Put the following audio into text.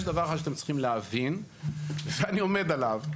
יש דבר אחד שאתם צריכים להבין ואני עומד עליו.